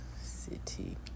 City